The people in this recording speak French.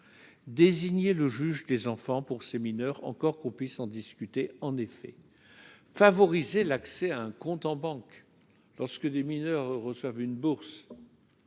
désigné le juge des enfants pour ces mineurs encore qu'on puisse en discuter en effet favoriser l'accès à un compte en banque, lorsque des mineurs reçoivent une bourse